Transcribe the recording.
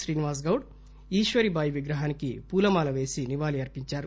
శ్రీనివాస్ గౌడ్ ఈశ్వరీభాయి విగ్రహానికి పూలమాల పేసి నివాళులర్సించారు